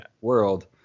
world